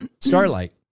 Starlight